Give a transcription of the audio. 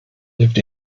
lived